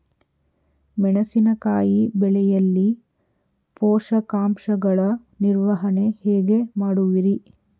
ಮೆಣಸಿನಕಾಯಿ ಬೆಳೆಯಲ್ಲಿ ಪೋಷಕಾಂಶಗಳ ನಿರ್ವಹಣೆ ಹೇಗೆ ಮಾಡುವಿರಿ?